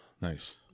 Nice